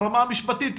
ברמה המשפטית,